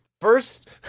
First